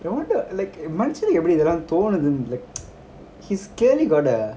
மனசுல:manasula like எப்படித்தான்இப்படிதோணுது:eppadithan ippadi thoonudhu he's clearly got a